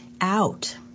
out